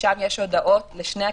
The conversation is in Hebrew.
ששם יש הודעות לשני הכיוונים,